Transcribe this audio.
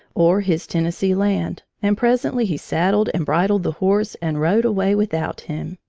or his tennessee land, and presently he saddled and bridled the horse and rode away without him.